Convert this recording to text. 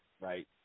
right